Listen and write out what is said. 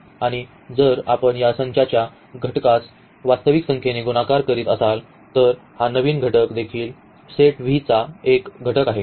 आणि जर आपण या संचाच्या घटकास वास्तविक संख्येने गुणाकार करीत असाल तर हा नवीन घटक देखील या सेट V चा एक घटक आहे